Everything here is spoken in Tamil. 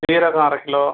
சீரகம் அரை கிலோ